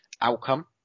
outcome